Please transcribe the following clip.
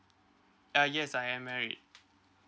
uh yes I am married